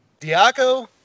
Diaco